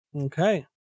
Okay